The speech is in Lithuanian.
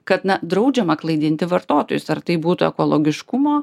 kad na draudžiama klaidinti vartotojus ar tai būtų ekologiškumo